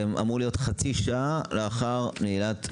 שאמור להיות חצי שעה לאחר נעילת המליאה,